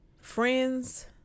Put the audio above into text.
friends